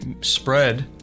spread